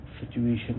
situation